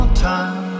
time